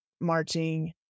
marching